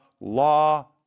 law